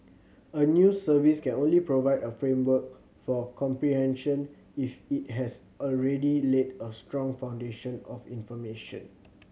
a news service can only provide a framework for comprehension if it has already laid a strong foundation of information